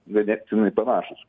ganėtinai panašūs